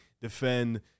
defend